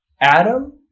adam